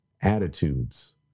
attitudes